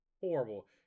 horrible